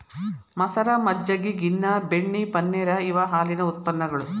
ಮಸರ, ಮಜ್ಜಗಿ, ಗಿನ್ನಾ, ಬೆಣ್ಣಿ, ಪನ್ನೇರ ಇವ ಹಾಲಿನ ಉತ್ಪನ್ನಗಳು